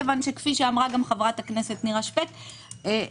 מכיוון שכפי שאמרה גם חברת הכנסת נירה שפק חוק